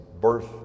birth